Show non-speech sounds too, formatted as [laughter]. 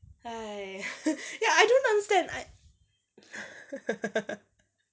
!aiya! ya I don't understand I [laughs]